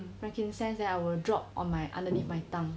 frankincense then I will drop on my underneath my tongue